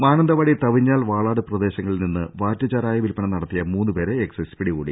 മാനന്തവാടി തവിഞ്ഞാൽ വാളാട് പ്രദേശങ്ങളിൽ നിന്ന് വാറ്റുചാരായ വിൽപ്പന നടത്തിയ മൂന്നുപേരെ എക്സൈസ് പിടികൂടി